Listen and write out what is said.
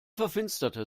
verfinsterte